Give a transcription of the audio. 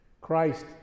Christ